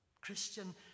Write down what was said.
Christian